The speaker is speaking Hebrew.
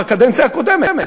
בקדנציה הקודמת.